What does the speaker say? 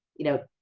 you know,